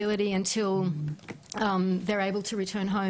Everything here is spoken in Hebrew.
ותחושת יציבות עד שיוכלו לשוב לביתם.